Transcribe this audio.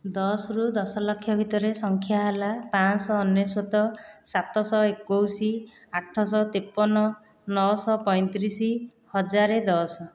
ଦଶ ରୁ ଦଶ ଲକ୍ଷ ଭିତରେ ସଂଖ୍ୟା ହେଲା ପାଞ୍ଚଶହ ଅନେଶ୍ୱତ ସାତ ଶହ ଏକୋଇଶ ଆଠ ଶହ ତେପନ ନଅ ଶହ ପଞ୍ଚତିରିଶି ହଜାରେ ଦଶ